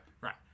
right